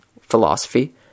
philosophy